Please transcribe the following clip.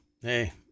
hey